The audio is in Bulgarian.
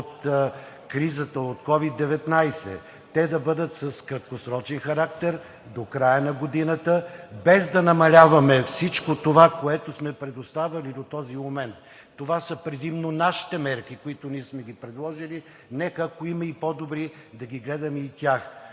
от кризата от COVID-19. Те да бъдат с краткосрочен характер до края на годината, без да намаляваме всичко това, което сме предоставили до този момент. Това са предимно нашите мерки, които ние сме предложили. Нека, ако има по-добри, да гледаме и тях,